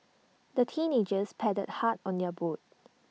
the teenagers paddled hard on their boat